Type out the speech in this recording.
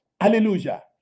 Hallelujah